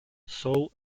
sole